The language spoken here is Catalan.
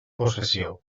possessió